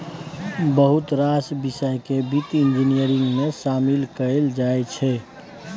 बहुत रास बिषय केँ बित्त इंजीनियरिंग मे शामिल कएल जाइ छै